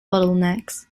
bottlenecks